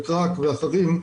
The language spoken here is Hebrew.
קראק ואחרים,